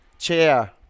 Chair